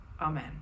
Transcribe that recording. Amen